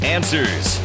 Answers